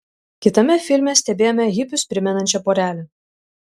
kitame filme stebėjome hipius primenančią porelę